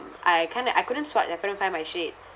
I kinda I couldn't swipe their I couldn't find my shade